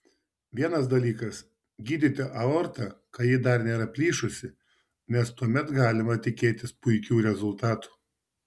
vienas dalykas gydyti aortą kai ji dar nėra plyšusi nes tuomet galima tikėtis puikių rezultatų